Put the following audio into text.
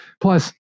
plus